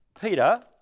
Peter